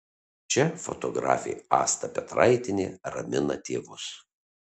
čia fotografė asta petraitienė ramina tėvus